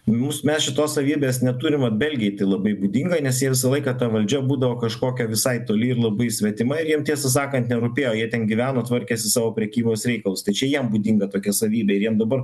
mūsų mes šitos savybės neturim va belgijoj tai labai būdinga nes jie visą laiką ta valdžia būdavo kažkokio visai toli ir labai svetima ir jiem tiesą sakant nerūpėjo jie ten gyveno tvarkėsi savo prekybos reikalus tai čia jiem būdinga tokia savybė jiem dabar